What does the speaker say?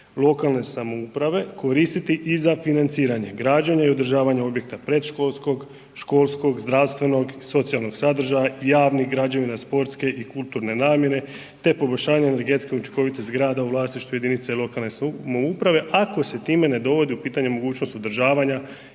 lokalne samouprave koristiti i za financiranje, građenje i održavanje objekta predškolskog, školskog, zdravstvenog, socijalnog sadržaja, javnih građevina sportske i kulturne namjene te poboljšanje energetske učinkovitosti zgrada u vlasništvu jedinice lokalne samouprave ako se time ne dovodi u pitanje mogućnost održavanja